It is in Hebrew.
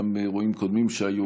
גם באירועים קודמים שהיו,